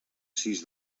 sis